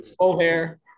O'Hare